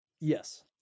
yes